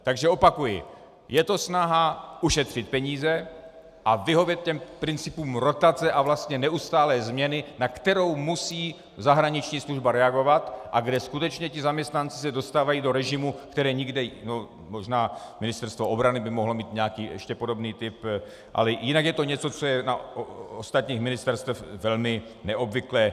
Takže opakuji, je to snaha ušetřit peníze a vyhovět principům rotace a neustálé změny, na kterou musí zahraniční služba reagovat a kde skutečně zaměstnanci se dostávají do režimu, který nikde jinde možná Ministerstvo obrany by mohlo mít nějaký ještě podobný typ, ale jinak je to něco, co je na ostatních ministerstvech velmi neobvyklé.